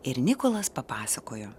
ir nikolas papasakojo